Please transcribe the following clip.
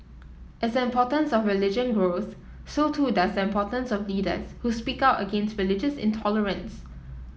as the importance of religion grows so too does the importance of leaders who speak out against religious intolerance